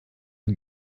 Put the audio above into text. und